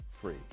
free